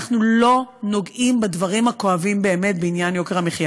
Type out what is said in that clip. אנחנו לא נוגעים בדברים הכואבים-באמת בעניין יוקר המחיה.